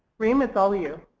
rim, it's all you.